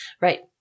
Right